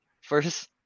first